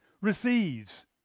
receives